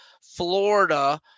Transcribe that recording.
Florida